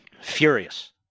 furious